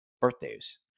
birthdays